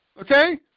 okay